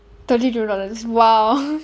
thirty two dollars !wow!